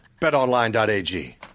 Betonline.ag